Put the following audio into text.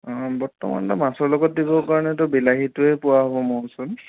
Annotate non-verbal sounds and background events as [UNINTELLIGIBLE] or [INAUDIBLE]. অ' বৰ্তমানটো মাছৰ লগত দিবৰ কাৰণেটো বিলাহীটোৱেই পোৱা হ'ব [UNINTELLIGIBLE]